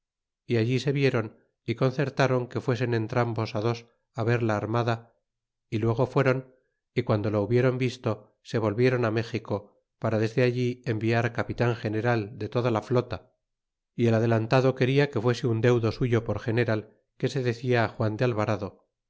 y allí se vieron y concertaron que fuesen entrambos dos ver la armada y luego fueron y quando lo hubieron visto se volvieron méxico para desde allí enviar capitan general de toda la flota y el adelantado quena que fuese un leudo suyo por general que se decia juan de albarado